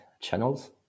channels